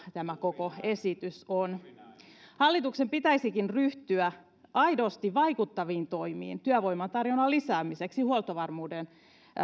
tämä koko esitys on selkeä poliittinen lehmänkauppa hallituksen pitäisikin ryhtyä aidosti vaikuttaviin toimiin työvoiman tarjonnan lisäämiseksi huoltovarmuuden